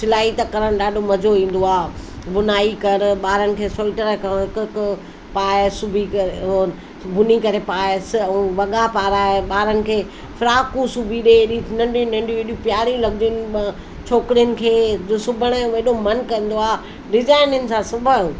सिलाई त करणु ॾाढो मज़ो ईंदो आहे बुनाई कर ॿारनि खे सहुली तरह हिकु हिकु पाए सिबी करे और बुनी करे पाइसि ऐं वॻा पाराए ॿारनि खे फ्राकूं सिबी ॾिए अहिड़ियूं नंढियूं नंढियूं एॾियूं प्यारियूं लॻदियूं आहिनि छोकरियुनि खे सिबण जो एॾो मनु कंदो आहे डीज़ाईनिनि सां सिबायो